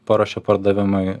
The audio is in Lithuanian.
paruošia pardavimui